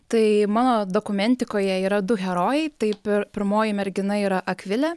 tai mano dokumentikoje yra du herojai taip pir pirmoji mergina yra akvilė